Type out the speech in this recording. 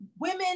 Women